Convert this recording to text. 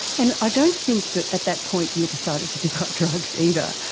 and i don't think that at that point you decided to give up drugs either,